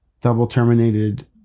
Double-terminated